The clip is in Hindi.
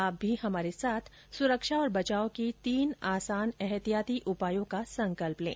आप भी हमारे साथ सुरक्षा और बचाव के तीन आसान एहतियाती उपायों का संकल्प लें